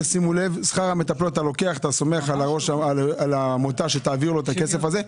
אתה סומך על העמותה שתעביר לו את הכסף הזה.